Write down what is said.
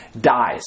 dies